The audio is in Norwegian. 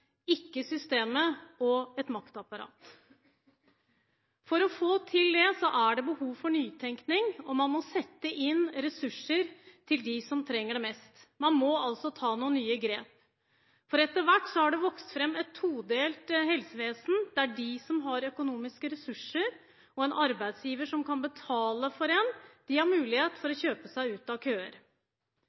ikke systemet og et maktapparat. For å få til det er det behov for nytenkning, og man må sette inn ressurser til dem som trenger det mest. Man må ta noen nye grep, for etter hvert har det vokst fram et todelt helsevesen der de som har økonomiske ressurser og en arbeidsgiver som kan betale for en, har mulighet til å kjøpe seg ut av køer.